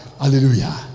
hallelujah